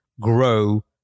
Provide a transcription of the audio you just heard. grow